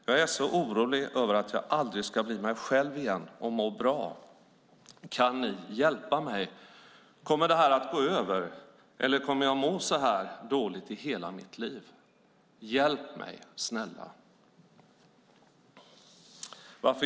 Jag är så orolig över att jag aldrig ska bli mig själv igen och må bra. Kan ni hjälpa mig? Kommer det här att gå över, eller kommer jag att må så här dåligt i hela mitt liv? Hjälp mig, snälla!